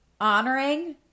honoring